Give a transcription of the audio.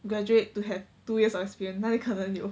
graduate to have two years of experience 那里可能有